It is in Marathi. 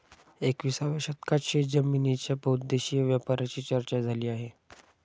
एकविसाव्या शतकात शेतजमिनीच्या बहुउद्देशीय वापराची चर्चा झाली आहे